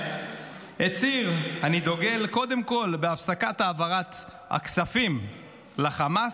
הצהיר: אני דוגל קודם כול בהפסקת העברת הכספים לחמאס.